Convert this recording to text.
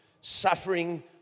suffering